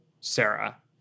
Sarah